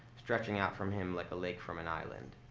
stretching out from him like a lake from an island.